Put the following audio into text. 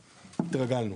התרגלנו,